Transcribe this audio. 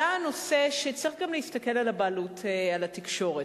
עלה הנושא שצריך גם להסתכל על הבעלות על התקשורת.